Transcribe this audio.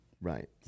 Right